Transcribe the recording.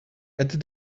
add